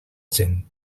gent